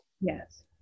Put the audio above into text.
Yes